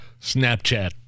Snapchat